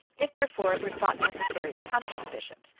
if therefore it were thought necessary to punish the bishops,